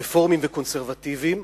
רפורמים וקונסרבטיבים,